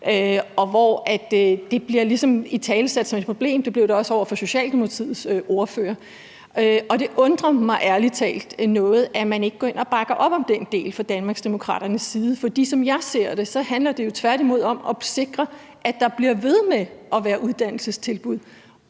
bliver ligesom italesat som et problem; det blev det også over for Socialdemokratiets ordfører, og det undrer mig ærlig talt noget, at man ikke går ind og bakker op om den del fra Danmarksdemokraternes side, for som jeg ser det, handler det jo tværtimod om at sikre, at der bliver ved med at være uddannelsestilbud,